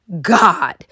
God